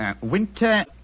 Winter